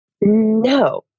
No